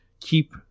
keep